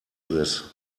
this